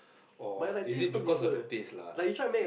or is it because of the taste lah